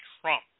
Trump